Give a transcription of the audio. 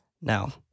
Now